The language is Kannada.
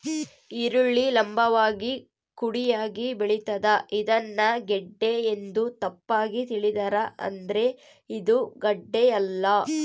ಈರುಳ್ಳಿ ಲಂಭವಾಗಿ ಕುಡಿಯಾಗಿ ಬೆಳಿತಾದ ಇದನ್ನ ಗೆಡ್ಡೆ ಎಂದು ತಪ್ಪಾಗಿ ತಿಳಿದಾರ ಆದ್ರೆ ಇದು ಗಡ್ಡೆಯಲ್ಲ